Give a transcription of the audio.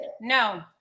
No